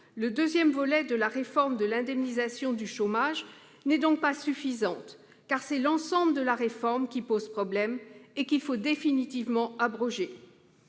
le deuxième volet de la réforme de l'indemnisation du chômage n'est donc pas suffisante, car c'est l'ensemble de la réforme qui pose problème et qu'il faut définitivement abroger.